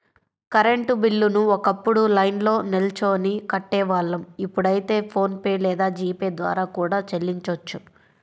current బిల్లుని ఒకప్పుడు లైన్లో నిల్చొని కట్టేవాళ్ళం ఇప్పుడైతే ఫోన్ పే లేదా జీ పే ద్వారా కూడా చెల్లించొచ్చు